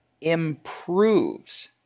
improves